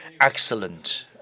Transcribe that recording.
Excellent